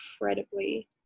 incredibly